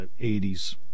80s